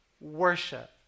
worship